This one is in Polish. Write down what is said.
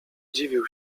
dziwił